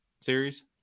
series